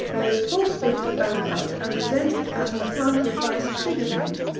rode full speed to the vanguard, and resented as an affront the advice of sigismond,